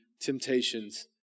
temptations